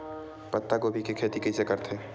पत्तागोभी के खेती कइसे करथे?